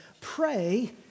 pray